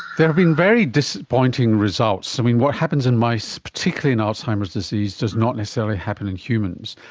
there have been very disappointing results. i mean, what happens in mice particularly in alzheimer's disease does not necessarily happen in humans,